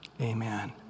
amen